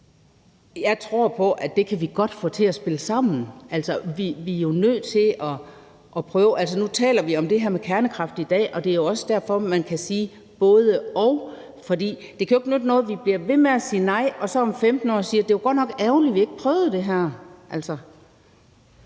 Jeg tror på, at det kan vi godt få til at spille sammen. Nu taler vi om det her med kernekraft i dag, og det er jo også derfor, man kan sige både-og, for det kan jo ikke nytte noget, at vi bliver ved med at sige nej, og så om 15 år siger vi, at det godt nok var ærgerligt, at vi ikke prøvede det her.